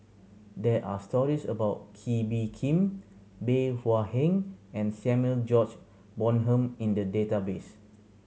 there are stories about Kee Bee Khim Bey Hua Heng and Samuel George Bonham in the database